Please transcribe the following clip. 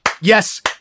Yes